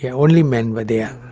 yeah only men were there.